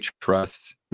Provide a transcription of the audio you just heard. trust